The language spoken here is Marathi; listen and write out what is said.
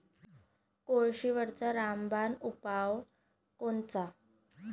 कोळशीवरचा रामबान उपाव कोनचा?